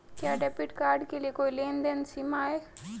क्या debit card के लिए कोई लेनदेन सीमा है?